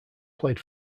played